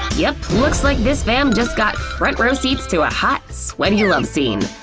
yep, looks like this fam just got front row seats to a hot, sweaty love scene!